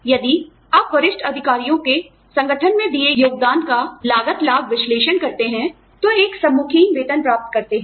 यदि आप वरिष्ठ अधिकारियों के संगठन में दिए योगदान का लागत लाभ विश्लेषण करते हैं तो एक संमुखीन वेतन प्राप्त करते हैं